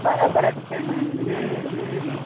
બરાબર જ છે ને હં હં